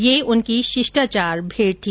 ये उनकी शिष्टाचार भेंट थी